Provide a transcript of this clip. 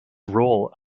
role